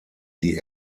die